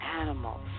animals